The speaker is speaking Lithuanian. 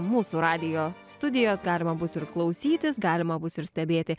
mūsų radijo studijos galima bus ir klausytis galima bus ir stebėti